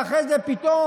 ואחרי זה פתאום,